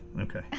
okay